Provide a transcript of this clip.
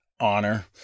honor